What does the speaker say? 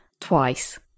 twice